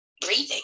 breathing